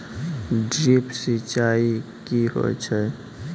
Drip सिंचाई कि होय छै?